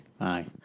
Aye